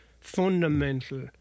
fundamental